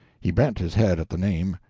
he bent his head at the name.